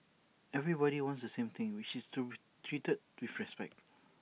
everybody wants the same thing which is to treated with respect